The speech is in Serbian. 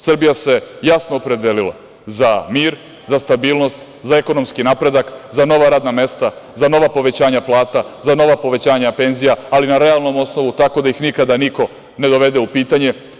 Srbija se jasno opredelila za mir, za stabilnost, za ekonomski napredak, za nova radna mesta, za nova povećanja plata, za nova povećanja penzija, ali na realnom osnovu tako da ih nikada niko ne dovede u pitanje.